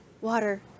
water